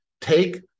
Take